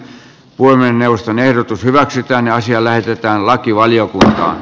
voimme neuvoston ehdotus hyväksytään ja asia eläkeikää uudelleen